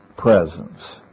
presence